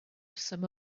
some